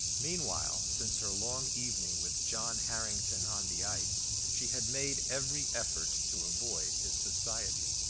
meanwhile, since her long evening with john harrington on the ice, she had made every effort to avoid his society.